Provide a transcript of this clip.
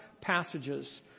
passages